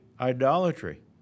idolatry